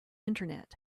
internet